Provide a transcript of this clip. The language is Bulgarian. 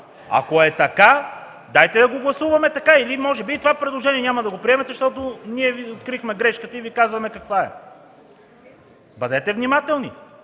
Ако е така, дайте да го гласуваме така. Или може би и това предложение няма да го приемете, защото ние Ви открихме грешката и Ви казваме каква е. Бъдете внимателни!